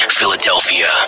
Philadelphia